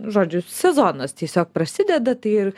žodžiu sezonas tiesiog prasideda tai ir